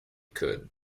could